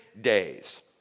days